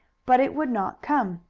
but it would not come.